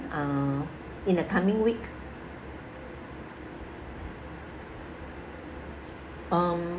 uh in the coming week um